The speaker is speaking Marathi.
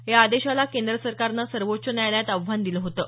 या आदेशाला केंद्र सरकारनं सर्वोच्च न्यायालयात आव्हान दिलं होतं